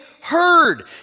heard